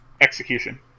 Execution